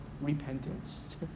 repentance